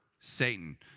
Satan